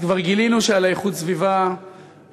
אז כבר גילינו שעל איכות הסביבה יש